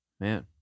man